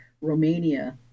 Romania